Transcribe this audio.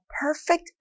perfect